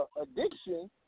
Addiction